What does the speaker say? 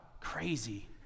crazy